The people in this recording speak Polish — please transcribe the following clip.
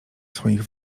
swoich